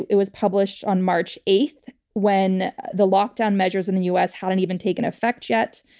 it was published on march eighth when the lockdown measures in the u. s. hadn't even taken effect yet.